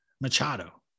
Machado